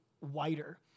wider